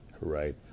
Right